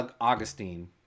Augustine